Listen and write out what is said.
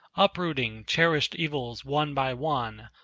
uprooting cherished evils one by one,